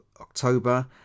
October